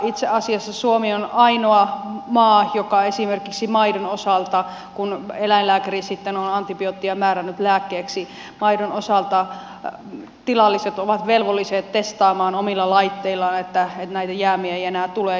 itse asiassa suomi on ainoa maa jossa esimerkiksi maidon osalta kun eläinlääkäri sitten on antibioottia määrännyt lääkkeeksi tilalliset ovat velvolliset testaamaan omilla laitteillaan että näitä jäämiä ei enää tule